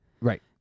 Right